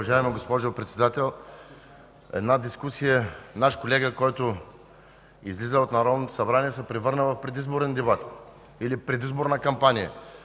уважаема госпожо Председател. Една дискусия – наш колега, който излиза от Народното събрание, се превърна в предизборен дебат или предизборна кампания.